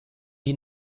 die